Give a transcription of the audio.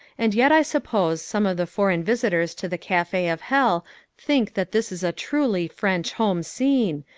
and yet i suppose some of the foreign visitors to the cafe of hell think that this is a truly french home scene,